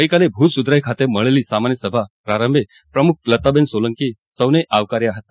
ગઈકાલે ભુજ સુધરાઇ ખાતે મળેલી સામાન્ય સભાના પ્રારંભે પ્રમુખ લતાબેન સોલંકીએ સૌને આવકાર્યા હતા